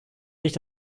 sich